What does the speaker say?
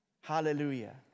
Hallelujah